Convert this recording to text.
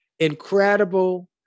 incredible